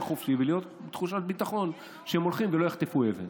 חופשי ובתחושת ביטחון שלא יחטפו אבן.